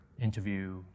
interview